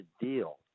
deal